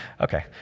Okay